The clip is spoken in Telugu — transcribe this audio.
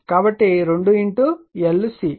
కాబట్టి అందుకే 2 L C